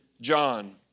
John